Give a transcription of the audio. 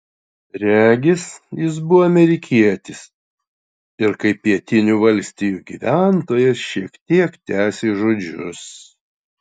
regis jis buvo amerikietis ir kaip pietinių valstijų gyventojas šiek tiek tęsė žodžius